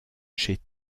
chez